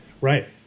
Right